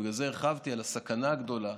ובשביל זה הרחבתי על הסכנה הגדולה.